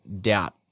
doubt